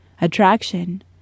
attraction